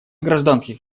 гражданских